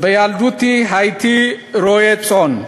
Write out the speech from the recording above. ובילדותי הייתי רועה צאן.